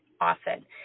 often